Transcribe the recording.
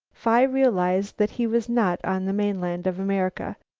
phi realized that he was not on the mainland of america.